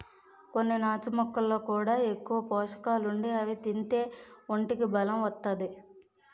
కొన్ని నాచు మొక్కల్లో కూడా ఎక్కువ పోసకాలుండి అవి తింతే ఒంటికి బలం ఒత్తాది